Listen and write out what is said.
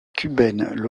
cubaine